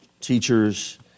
teachers